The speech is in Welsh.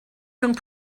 rhwng